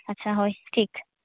ᱟᱪᱪᱷᱟ ᱦᱳᱭ ᱴᱷᱤᱠ